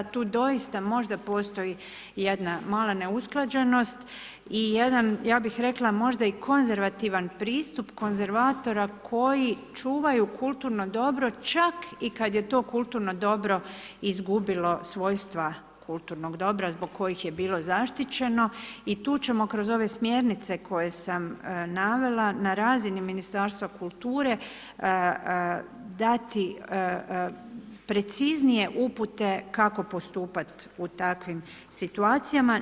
Tu doista možda postoji jedna mala neusklađenost i jedan, ja bih rekla možda i konzervativan pristup konzervatora koji čuvaju kulturno dobro čak i kad je to kulturno dobro izgubilo svojstva kulturnog dobra zbog kojih je bilo zaštićeno i tu ćemo kroz ove smjernice koje sam navela na razini Ministarstva kulture dati preciznije upute kako postupati u takvim situacijama.